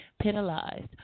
penalized